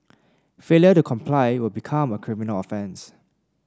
failure to comply will become a criminal offence